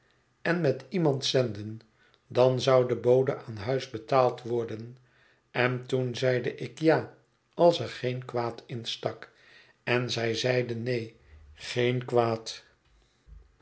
en met iemand zenden dan zou de bode aan huis betaald worden en toen zeide ik ja als er geen kwaad in stak en zij zeide neen geen kwaad